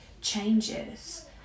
changes